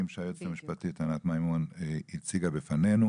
שהיועצת המשפטית ענת מימון הציגה בפנינו?